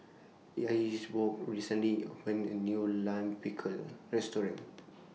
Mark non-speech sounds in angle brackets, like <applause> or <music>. Ingeborg recently opened A New Lime Pickle Restaurant <noise>